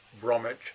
Bromwich